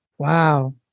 Wow